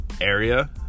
area